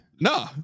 no